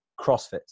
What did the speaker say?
CrossFit